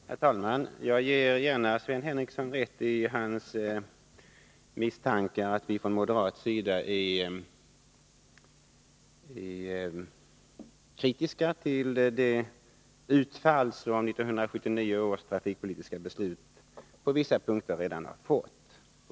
Herr talman! Jag ger gärna Sven Henricsson rätt i hans misstankar att vi från moderat sida är kritiska till det utfall som 1979 års trafikpolitiska beslut på vissa områden redan har fått.